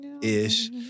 ish